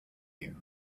you